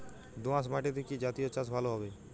দোয়াশ মাটিতে কি জাতীয় চাষ ভালো হবে?